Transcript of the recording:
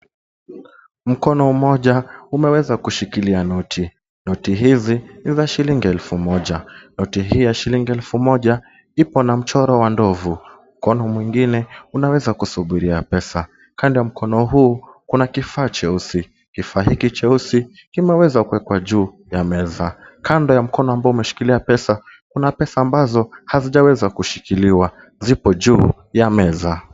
Mkono mmoja umeweza kushikilia noti. Noti hizi ni za shilingi elfu moja. Noti hii ya shilingi elfu moja ipo na mchoro wa ndovu. Mkono mwingine unaweza kusubiria pesa. Kando ya mkono huu kuna kifaa cheusi. Kifaa hiki cheusi kimeweza kuwekwa juu ya meza. Kando ya mkono ambao umeshikilia pesa, kuna pesa ambazo hazijaweza kushikiliwa. Zipo juu ya meza.